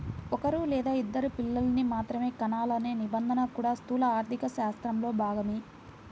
ఒక్కరూ లేదా ఇద్దరు పిల్లల్ని మాత్రమే కనాలనే నిబంధన కూడా స్థూల ఆర్థికశాస్త్రంలో భాగమే